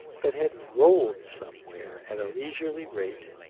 but had rolled somewhere, at a leisurely rate,